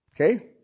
Okay